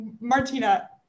Martina